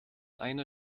einer